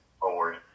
forward